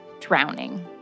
drowning